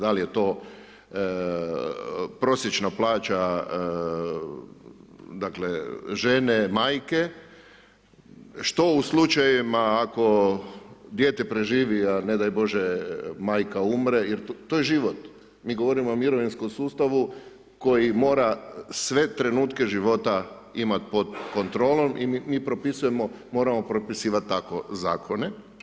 Dal je to prosječna plaća žene, majke, što u slučajevima ako dijete preživi a ne daj bože majka umre, jer to je život, mi govorimo o mirovinskom sustavu koji mora sve trenutke života imat pod kontrolom, i mi propisujemo, moramo propisivati tako Zakone.